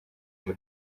muri